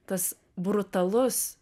tas brutalus